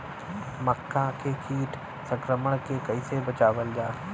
मक्का के कीट संक्रमण से कइसे बचावल जा?